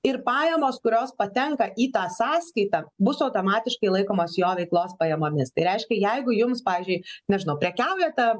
ir pajamos kurios patenka į tą sąskaitą bus automatiškai laikomos jo veiklos pajamomis tai reiškia jeigu jums pavyzdžiui nežinau prekiaujate